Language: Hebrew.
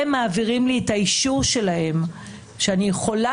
הם מעבירים לי את האישור שלהם שאני יכולה